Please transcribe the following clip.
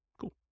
Cool